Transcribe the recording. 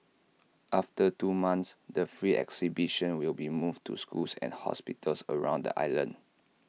after two months the free exhibition will be moved to schools and hospitals around the island